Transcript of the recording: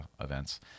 events